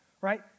right